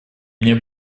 мне